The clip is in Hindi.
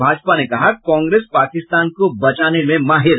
भाजपा ने कहा कांग्रेस पाकिस्तान को बचाने में माहिर